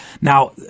Now